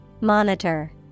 Monitor